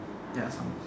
ya so